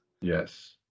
yes